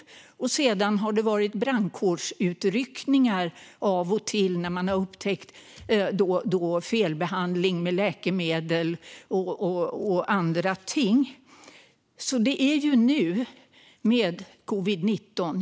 Sedan har det av och till varit brandkårsutryckningar när man har upptäckt felbehandling med läkemedel och andra ting.